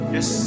Yes